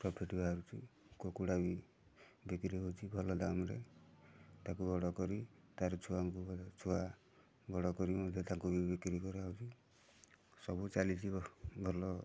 profit ବାହାରୁଛି କୁକୁଡ଼ା ବି ବିକ୍ରି ହେଉଛି ଭଲ ଦାମ୍ରେ ତାକୁ ବଡ଼ କରି ତାର ଛୁଆଙ୍କୁ ଛୁଆ ବଡ଼ କରିକି ମଧ୍ୟ ତାକୁ ବି ବିକ୍ରି କରାହେଉଛି ସବୁ ଚାଲିଛି ଭଲ